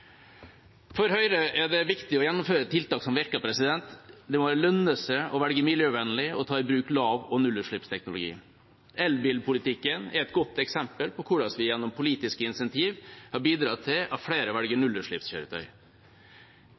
For Høyre er det viktig å gjennomføre tiltak som virker. Det må lønne seg å velge miljøvennlig og ta i bruk lav- og nullutslippsteknologi. Elbilpolitikken er et godt eksempel på hvordan vi gjennom politiske incentiv har bidratt til at flere velger